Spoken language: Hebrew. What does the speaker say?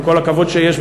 עם כל הכבוד שיש,